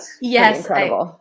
Yes